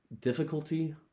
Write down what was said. difficulty